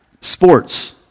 Sports